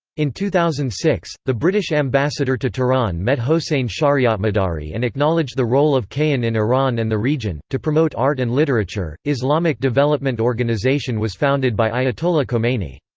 in two thousand and six, the british ambassador to tehran met hossein shariatmadari and acknowledged the role of kayhan in iran and the region to promote art and literature, islamic development organization was founded by ayatollah khomeini.